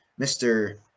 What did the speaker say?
Mr